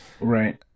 Right